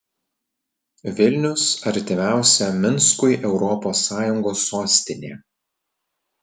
vilnius artimiausia minskui europos sąjungos sostinė